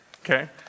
Okay